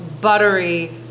buttery